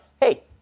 hey